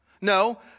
No